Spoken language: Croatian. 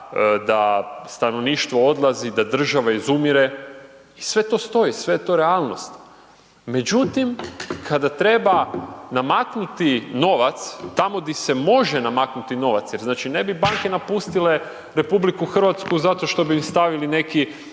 da stanovništvo odlazi, da država izumire i sve to stoji, sve je to realnost, međutim, kada treba namaknuti novac, tamo di se može namaknuti novac, jer znači ne bi banke napustile RH, zato što bi stavili neki